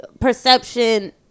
perception